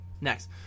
Next